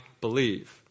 believe